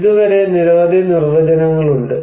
ഇതുവരെ നിരവധി നിർവചനങ്ങൾ ഉണ്ട്